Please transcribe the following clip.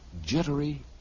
jittery